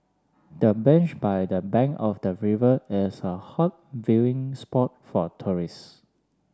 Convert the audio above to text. the bench by the bank of the river is a hot viewing spot for tourists